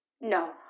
No